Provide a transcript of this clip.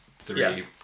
three